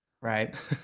right